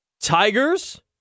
Tigers